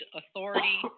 authority